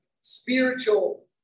spiritual